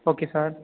okay sir